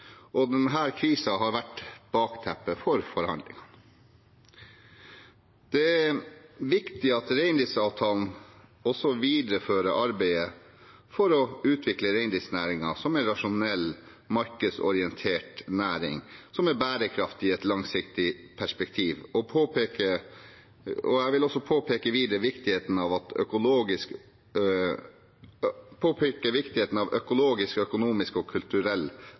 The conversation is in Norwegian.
har vært bakteppet for forhandlingene. Det er viktig at reindriftsavtalen også viderefører arbeidet for å utvikle reindriftsnæringen som en rasjonell markedsorientert næring, som er bærekraftig i et langsiktig perspektiv. Jeg vil videre påpeke viktigheten av at økologisk, økonomisk og kulturell bærekraft er likestilt. Det at man skal styrke økt produksjon og